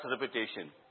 reputation